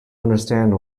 understand